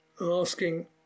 asking